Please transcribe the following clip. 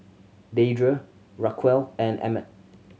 Deirdre Raquel and Emmet